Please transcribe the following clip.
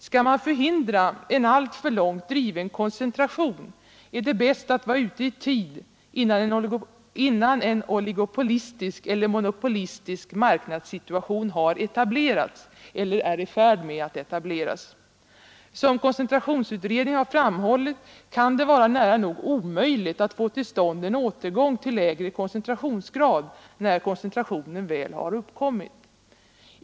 Skall man förhindra alltför långt driven koncentration är det bäst att vara ute i tid, innan en oligopolistisk eller monopolistisk marknadssituation har etablerats eller är i färd med att etableras. Som koncentrationsutredningen har framhållit kan det vara nära nog omöjligt att få till stånd en återgång till lägre koncentrationsgrad när koncentrationen väl har uppkommit.